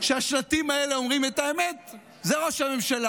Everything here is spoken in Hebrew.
שהשלטים האלה אומרים את האמת זה ראש הממשלה,